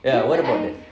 ya what about that